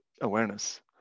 awareness